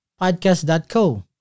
podcast.co